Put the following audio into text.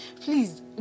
Please